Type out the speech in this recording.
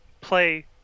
play